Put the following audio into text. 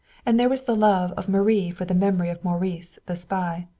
and there was the love of marie for the memory of maurice the spy.